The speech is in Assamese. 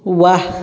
ৱাহ